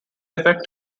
effect